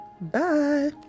Bye